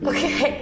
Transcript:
Okay